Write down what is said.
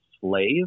slave